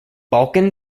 balkan